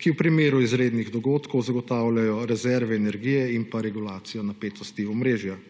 ki v primeru izrednih dogodkov zagotavljajo rezerve energije in pa regulacijo napetosti omrežja.